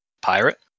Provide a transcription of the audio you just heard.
pirate